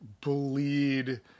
bleed